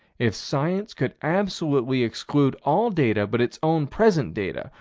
if science could absolutely exclude all data but its own present data,